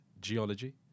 geology